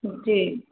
जी